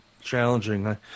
challenging